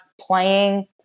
playing